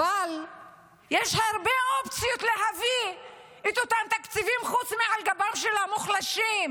אבל יש הרבה אופציות להביא את אותם תקציבים חוץ מעל גבם של המוחלשים.